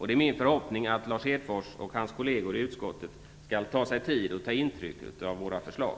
Det är min förhoppning att Lars Hedfors och hans kolleger i utskottet skall ta sig tid att ta intryck av våra förslag.